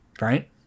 right